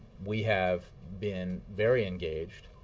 we have been very engaged,